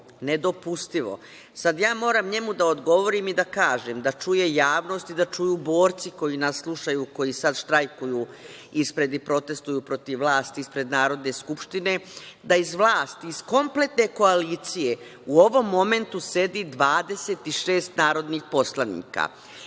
ja moram njemu da odgovorim i da kažem, da čuje javnost i da čuju borci koji nas slušaju, koji sad štrajkuju ispred i protestuju protiv vlasti ispred Narodne skupštine, da iz vlasti, iz kompletne koalicije, u ovom momentu sedi 26 narodnih poslanika.